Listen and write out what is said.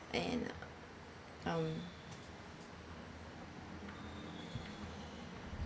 and um